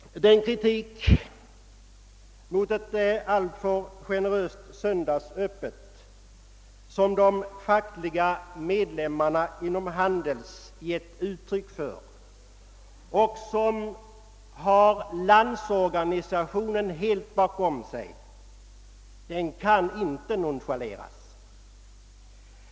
Den kritik mot ett alltför generöst söndagsöppethållande, som <medlemmarna av Handelsanställdas förbund givit uttryck för och som Landsorganisationen helt ställt sig bakom, kan inte nonchaleras.